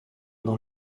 dans